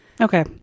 okay